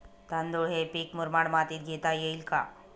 तांदूळ हे पीक मुरमाड मातीत घेता येईल का?